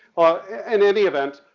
in any event,